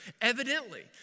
Evidently